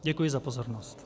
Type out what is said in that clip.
Děkuji za pozornost.